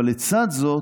אבל לצד זאת,